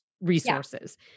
resources